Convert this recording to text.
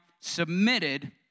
submitted